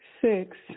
six